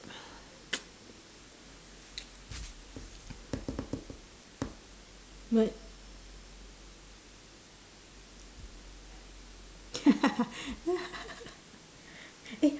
but